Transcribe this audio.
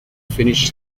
finish